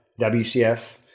WCF